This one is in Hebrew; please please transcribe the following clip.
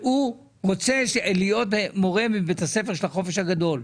הוא מורה בבית הספר של החופש הגדול,